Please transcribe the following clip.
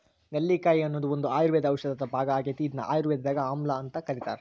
ನೆಲ್ಲಿಕಾಯಿ ಅನ್ನೋದು ಒಂದು ಆಯುರ್ವೇದ ಔಷಧದ ಭಾಗ ಆಗೇತಿ, ಇದನ್ನ ಆಯುರ್ವೇದದಾಗ ಆಮ್ಲಾಅಂತ ಕರೇತಾರ